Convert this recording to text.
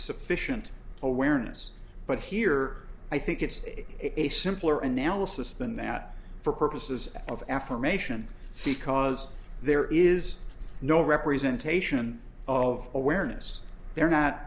sufficient awareness but here i think it is a simpler analysis than that for purposes of affirmation because there is no representation of awareness there are not